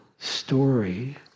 story